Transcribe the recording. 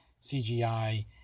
CGI